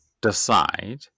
decide